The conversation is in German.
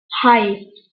hei